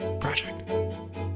Project